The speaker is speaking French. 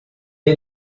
est